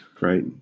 right